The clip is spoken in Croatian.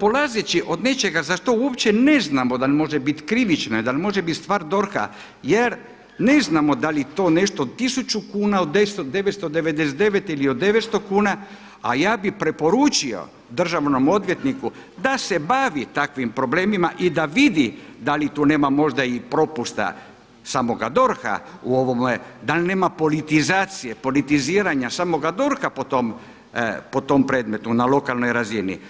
polazeći od nečega za što uopće ne znamo da li može biti krivično, da li može biti stvar DORH-a jer ne znamo da li to nešto 1000 kuna, od 999 ili 900 kuna, a ja bih preporučio državnom odvjetniku da se bavi takvim problemima i da vidi da li tu nema možda i propusta samoga DORH-a u ovo moje, da li nema politizacije, politiziranja samoga DORH-a po tom predmetu na lokalnoj razini.